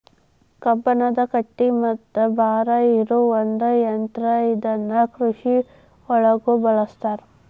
ಕಬ್ಬಣದ ಗಟ್ಟಿ ಮತ್ತ ಭಾರ ಇರು ಒಂದ ಯಂತ್ರಾ ಇದನ್ನ ಕೃಷಿ ಒಳಗು ಬಳಸ್ತಾರ